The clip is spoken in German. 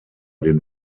den